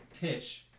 pitch